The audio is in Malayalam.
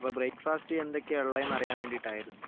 അപ്പോൾ ബ്രേക്ക്ഫാസ്റ്റ് എന്തൊക്കെയാണ് ഉള്ളതെന്ന് അറിയാൻ വേണ്ടിട്ടായിരുന്നു